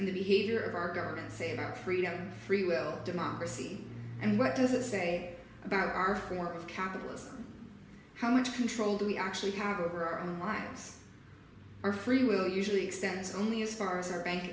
and the behavior of our garden save our freedom free will democracy and what does it say about our form of capitalism how much control do we actually have over our own minds our free will usually extends only as far as our bank